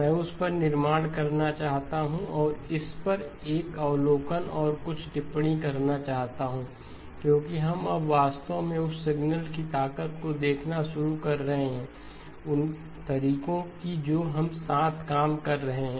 मैं उस पर निर्माण करना चाहता हूं और इस पर एक अवलोकन और कुछ टिप्पणी करना चाहता हूं क्योंकि हम अब वास्तव में उस सिग्नल की ताकत को देखना शुरू कर रहे हैं उन तरीकों की जो हम साथ काम कर रहे हैं